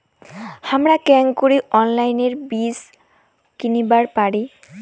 হামরা কেঙকরি অনলাইনে বীজ কিনিবার পারি?